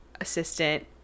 assistant